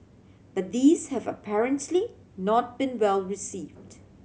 but these have apparently not been well received